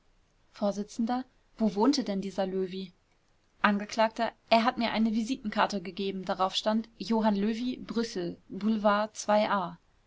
vors wo wohnte denn dieser löwy angekl er hat mir eine visitenkarte gegeben darauf stand johann löwy brüssel boulevard a